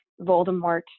Voldemort